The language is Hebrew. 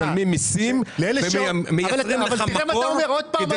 משלמים מסים ומייצרים לך מקור כדי